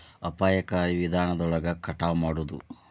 ಅಪಾಯಕಾರಿ ವಿಧಾನದೊಳಗ ಕಟಾವ ಮಾಡುದ